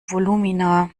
volumina